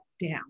down